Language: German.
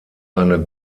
eine